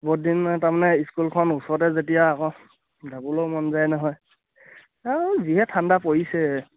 বহুতদিন তাৰমানে স্কুলখন ওচৰতে যেতিয়া আকৌ যাবলৈও মন যায় নহয় আৰু যিহে ঠাণ্ডা পৰিছে